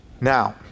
Now